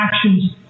actions